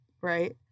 right